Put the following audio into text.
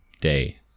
day